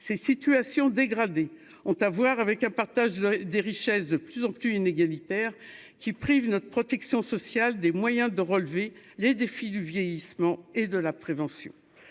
ces situations dégradées ont à voir avec un partage des richesses, de plus en plus inégalitaire qui prive notre protection sociale des moyens de relever les défis du vieillissement et de la prévention